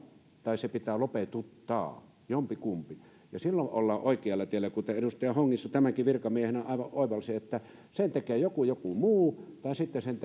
tai se pitää lopetuttaa jompikumpi silloin ollaan oikealla tiellä ja kuten edustaja hongisto tämänkin virkamiehenä aivan oikein oivalsi sen tekee joko joku muu tai sitten sen